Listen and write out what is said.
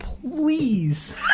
Please